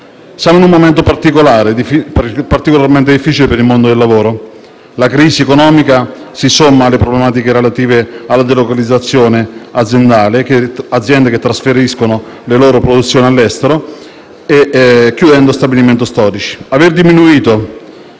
Siamo in un momento particolarmente difficile per il mondo del lavoro: la crisi economica si somma alle problematiche relative alla delocalizzazione aziendale, a causa delle aziende che trasferiscono le loro produzioni all’estero, chiudendo stabilimenti storici.